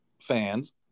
fans